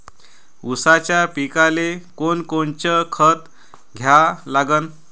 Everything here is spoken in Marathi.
ऊसाच्या पिकाले कोनकोनचं खत द्या लागन?